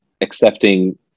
accepting